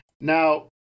now